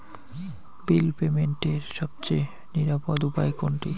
বিল পেমেন্টের সবচেয়ে নিরাপদ উপায় কোনটি?